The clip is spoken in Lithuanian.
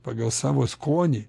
pagal savo skonį